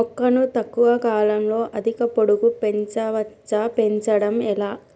మొక్కను తక్కువ కాలంలో అధిక పొడుగు పెంచవచ్చా పెంచడం ఎలా?